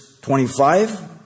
25